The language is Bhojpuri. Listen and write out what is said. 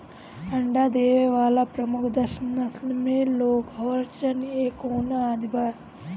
अंडा देवे वाला प्रमुख दस नस्ल में लेघोर्न, एंकोना आदि बा